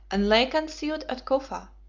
and lay concealed at cufa,